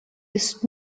ist